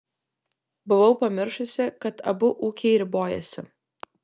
buvau pamiršusi kad abu ūkiai ribojasi